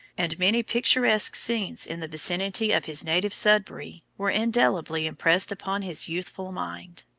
and many picturesque scenes in the vicinity of his native sudbury were indelibly impressed upon his youthful mind.